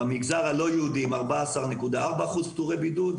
במגזר הלא יהודי 14.4% פטורי בידוד,